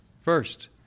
First